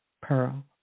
pearl